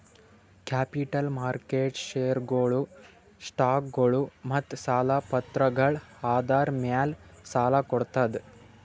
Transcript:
capital market ಷೇರ್ಗೊಳು, ಸ್ಟಾಕ್ಗೊಳು ಮತ್ತ್ ಸಾಲ ಪತ್ರಗಳ್ ಆಧಾರ್ ಮ್ಯಾಲ್ ಸಾಲ ಕೊಡ್ತದ್